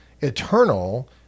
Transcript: eternal